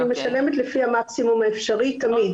אני משלמת לפי המקסימום האפשרי תמיד.